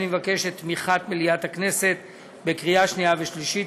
אני מבקש את תמיכת מליאת הכנסת בקריאה שנייה ושלישית.